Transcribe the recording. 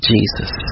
Jesus